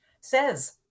says